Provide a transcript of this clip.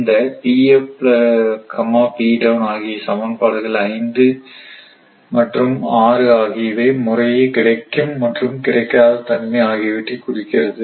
இந்த ஆகிய சமன்பாடுகள் 5 மற்றும் 6 ஆகியவை முறையே கிடைக்கும் மற்றும் கிடைக்காத தன்மை ஆகியவற்றைக் குறிக்கிறது